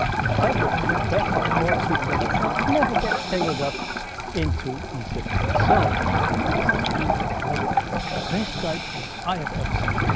the fabric of the baffle of the sleeping bag itself never gets tangled up into the zipper itself and this is really one of the best guide rails i have ever seen.